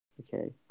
Okay